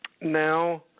now